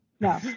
no